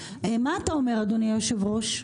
מה אתה אומר, אדוני היושב-ראש?